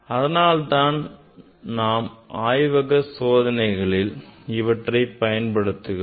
அதனால் தான் நா ம் ஆய்வக சோதனைகளில் அவற்றை பயன்படுத்துகிறோம்